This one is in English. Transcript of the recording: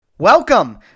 Welcome